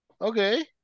okay